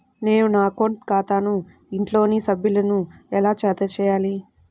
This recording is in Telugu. నేను నా అకౌంట్ ఖాతాకు ఇంట్లోని సభ్యులను ఎలా జతచేయాలి?